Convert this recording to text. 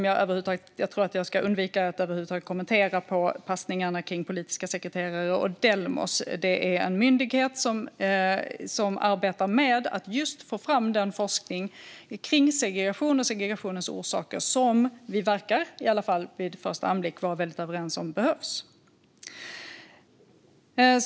Jag tror att jag ska undvika att över huvud taget kommentera passningarna om politiska sekreterare och Delmos. Det är en myndighet som arbetar med att just få fram den forskning om segregation och segregationens orsaker som vi åtminstone vid första anblick verkar vara överens om behövs.